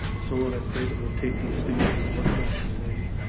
so, lord, i pray that we'll take these things that we've looked at today